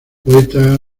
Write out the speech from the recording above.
poeta